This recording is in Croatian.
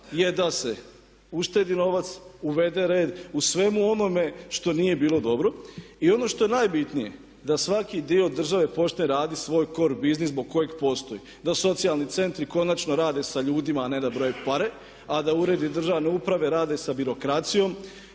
je da se uštedi novac, uvede red u svemu onome što nije bilo dobro. I ono što je najbitnije da svaki dio države počne raditi svoj kor biznis zbog kojeg postoji. Da socijalni centri konačno rade sa ljudima a ne da broje pare a da uredi državne uprave rade sa birokracijom